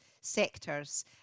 sectors